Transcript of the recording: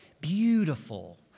beautiful